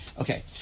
Okay